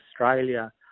Australia